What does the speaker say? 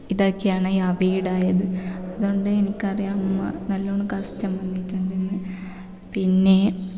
ഇതാക്കിയാണ് വീടായത് അതുകൊണ്ട് എനിക്കറിയാം അമ്മ നല്ലവണ്ണം കഷ്ടം വന്നിട്ടുണ്ടെന്ന് പിന്നെ